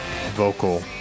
vocal